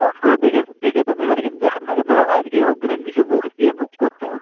phone করে দেখে দেখে তো নেবেন কিন্তু আপনাকে তো আজকে অগ্রিম কিছু বুক দিয়ে বুক করতে হবে